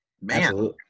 Man